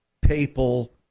papal